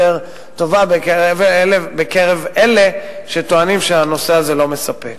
טוב בקרב אלה שטוענים שהנושא הזה לא מספק.